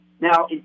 Now